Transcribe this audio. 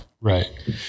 Right